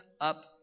up